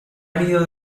árido